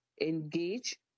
engage